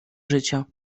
życia